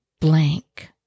blank